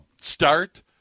start